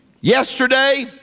yesterday